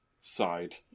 side